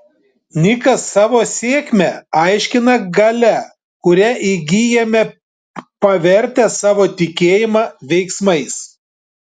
nikas savo sėkmę aiškina galia kurią įgyjame pavertę savo tikėjimą veiksmais